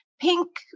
pink